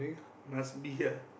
must be lah